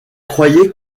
croyait